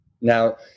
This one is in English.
now